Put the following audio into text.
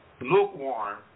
lukewarm